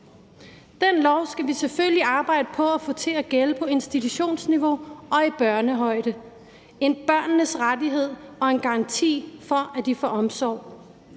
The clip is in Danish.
Den lov skal vi selvfølgelig arbejde på at få til at gælde på institutionsniveau og i børnehøjde; en børnenes rettighed og garanti for, at de får omsorg.